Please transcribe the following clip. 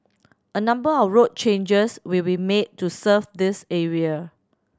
a number of road changes will be made to serve this area